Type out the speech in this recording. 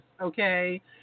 okay